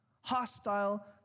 hostile